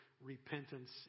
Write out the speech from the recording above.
repentance